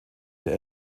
der